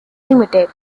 limited